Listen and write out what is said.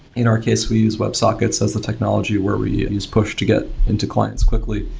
in our case, we use web sockets as the technology where we use push to get into clients quickly,